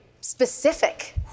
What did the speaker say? specific